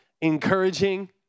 encouraging